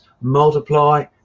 multiply